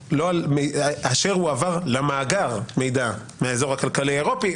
אשר הועבר למאגר מידע מהאזור הכלכלי האירופי,